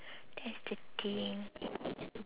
that's the thing